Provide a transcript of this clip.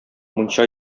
мунча